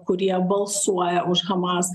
kurie balsuoja už hamas